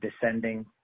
descending